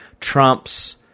Trump's